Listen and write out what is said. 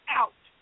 out